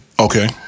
Okay